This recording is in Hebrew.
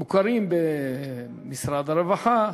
מוכרים במשרד הרווחה,